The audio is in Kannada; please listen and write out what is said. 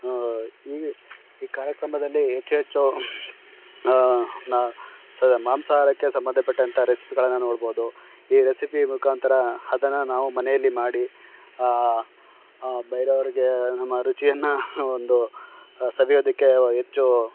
ಈ ಈ ಕಾರ್ಯಕ್ರಮದಲ್ಲಿ ಹೆಚ್ಚು ಹೆಚ್ಚು ನಾ ಮಾಂಸಾಹಾರಕ್ಕೆ ಸಂಬಂಧಪಟ್ಟಂಥ ರೆಸಿಪಿಗಳನ್ನು ನೋಡ್ಬೋದು ಈ ರೆಸಿಪಿ ಮುಖಾಂತರ ಅದನ್ನು ನಾವು ಮನೆಯಲ್ಲಿ ಮಾಡಿ ಬೇರೆಯವ್ರಿಗೆ ನಮ್ಮ ರುಚಿಯನ್ನು ಒಂದು ಸವಿಯೋದಕ್ಕೆ ಹೆಚ್ಚು